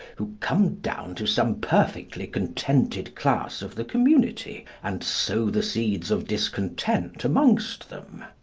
who come down to some perfectly contented class of the community, and sow the seeds of discontent amongst them.